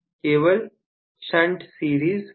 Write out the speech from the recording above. केवल shunt series नहीं